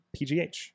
PGH